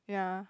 ya